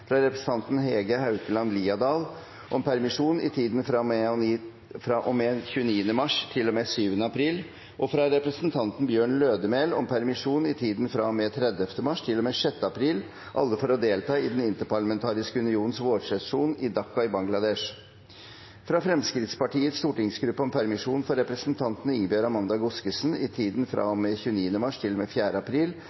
fra representanten Hege Haukeland Liadal om permisjon i tiden fra og med 29. mars til og med 7. april, og fra representanten Bjørn Lødemel om permisjon i tiden fra og med 30. mars til og med 6. april, alle for å delta i Den interparlamentariske unions vårsesjon i Dhaka i Bangladesh. fra Fremskrittspartiets stortingsgruppe om permisjon for representanten Ingebjørg Amanda Godskesen i tiden fra